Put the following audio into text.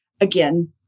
Again